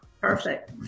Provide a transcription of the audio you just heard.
Perfect